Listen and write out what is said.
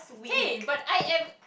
hey but I am